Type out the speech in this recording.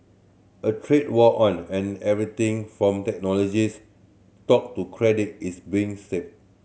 a trade war on and everything from technology stock to credit is being strafed